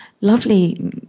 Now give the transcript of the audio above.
lovely